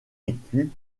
écus